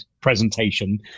presentation